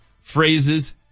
phrases